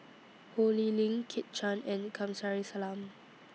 Ho Lee Ling Kit Chan and Kamsari Salam